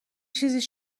چیزیش